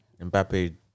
Mbappe